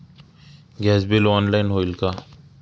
Gas bill online होईल का?